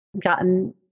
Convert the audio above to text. gotten